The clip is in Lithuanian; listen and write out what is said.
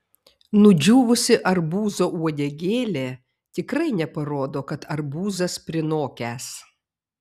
nudžiūvusi arbūzo uodegėlė tikrai neparodo kad arbūzas prinokęs